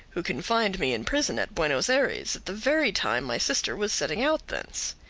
who confined me in prison at buenos ayres at the very time my sister was setting out thence.